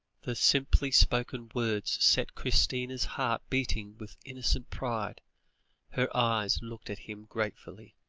the simply spoken words set christina's heart beating with innocent pride her eyes looked at him gratefully.